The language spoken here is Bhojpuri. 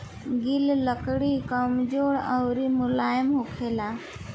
गिल लकड़ी कमजोर अउर मुलायम होखेला